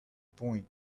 point